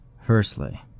Firstly